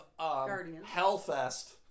Hellfest